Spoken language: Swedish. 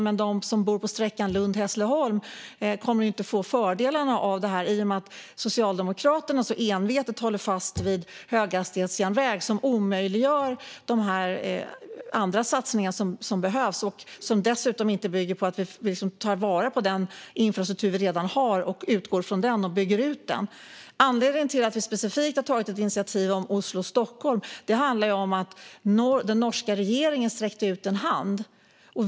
Men de som bor på sträckan Lund-Hässleholm kommer inte att få fördelarna av det. Socialdemokraterna håller envetet fast vid höghastighetsjärnväg. Det är något som omöjliggör de andra satsningar som behövs. De bygger dessutom inte på att vi tar vara på den infrastruktur vi redan har, utgår från den och bygger ut den. Anledningen till att vi specifikt har tagit ett initiativ om Oslo-Stockholm är att den norska regeringen sträckte ut en hand.